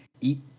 eat